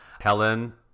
Helen